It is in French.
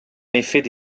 méfaits